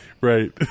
right